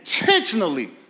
intentionally